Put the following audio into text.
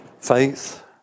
faith